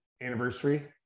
anniversary